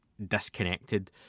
Disconnected